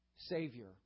Savior